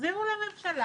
תחזירו לממשלה